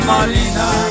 Marina